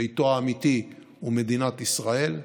ביתו האמיתי הוא מדינת ישראל,